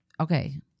Okay